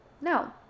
No